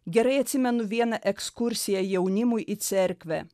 gerai atsimenu vieną ekskursiją jaunimui į cerkvę